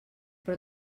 però